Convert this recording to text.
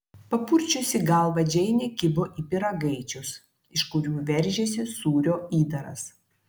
papurčiusi galvą džeinė kibo į pyragaičius iš kurių veržėsi sūrio įdaras